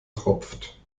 tropft